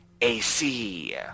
AC